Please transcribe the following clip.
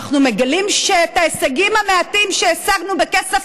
אנחנו מגלים שאת ההישגים המעטים שהשגנו בכסף